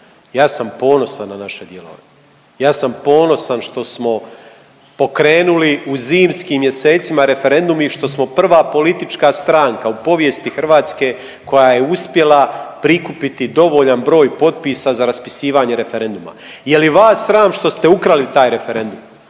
Ja sam ponosan na naše djelovanje, ja sam ponosan što smo pokrenuli u zimskim mjesecima referendum i što smo prva politička stranka u povijesti Hrvatske koja je uspjela prikupiti dovoljan broj potpisa za raspisivanje referenduma. Je li vas sram što ste ukrali taj referendum?